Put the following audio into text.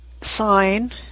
sign